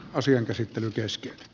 asian käsittely kesti